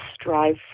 strive